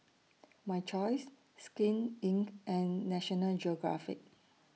My Choice Skin Inc and National Geographic